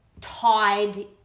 tied